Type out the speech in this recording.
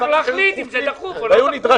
צריך להחליט אם זה דחוף או לא דחוף.